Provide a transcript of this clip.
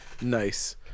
Nice